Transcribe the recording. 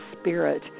Spirit